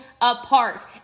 apart